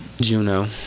Juno